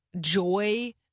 Joy